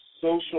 social